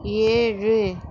ஏழு